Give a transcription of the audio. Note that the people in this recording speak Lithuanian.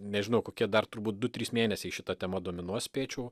nežinau kokie dar turbūt du trys mėnesiai šita tema dominuos spėčiau